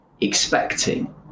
expecting